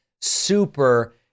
super